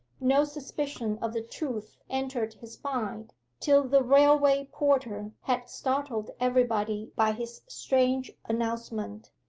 no suspicion of the truth entered his mind till the railway-porter had startled everybody by his strange announcement.